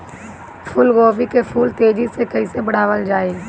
फूल गोभी के फूल तेजी से कइसे बढ़ावल जाई?